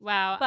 Wow